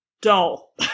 dull